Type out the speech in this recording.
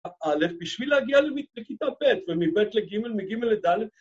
א' בשביל להגיע לכיתה ב' ומב' לג' מג' לד'